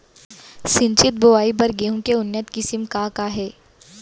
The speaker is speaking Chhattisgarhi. सिंचित बोआई बर गेहूँ के उन्नत किसिम का का हे??